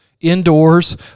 indoors